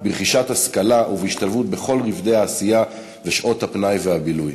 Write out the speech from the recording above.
רכישת השכלה והשתלבות בכל רובדי העשייה ובשעות הפנאי והבילוי.